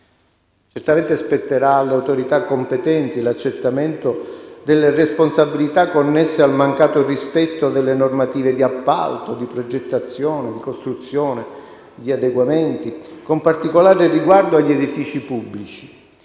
Certamente spetterà alle autorità competenti l'accertamento delle responsabilità connesse al mancato rispetto delle normative di appalto, di progettazione, di costruzione, di adeguamenti, con particolare riguardo agli edifici pubblici.